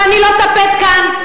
ואני לא טפט כאן.